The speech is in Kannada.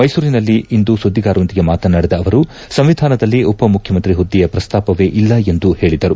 ಮೈಸೂರಿನಲ್ಲಿಂದು ಸುದ್ದಿಗಾರರೊಂದಿಗೆ ಮಾತನಾಡಿದ ಅವರು ಸಂವಿಧಾನದಲ್ಲಿ ಉಪಮುಖ್ಯಮಂತ್ರಿ ಹುದ್ದೆಯ ಪ್ರಸ್ತಾಪವೇ ಇಲ್ಲ ಎಂದು ಅವರು ಹೇಳಿದರು